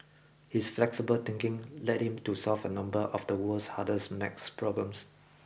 his flexible thinking led him to solve a number of the world's hardest max problems